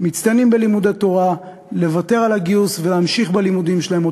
בלימוד התורה לוותר על הגיוס ולהמשיך בלימודים שלהם,